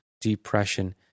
depression